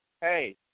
hey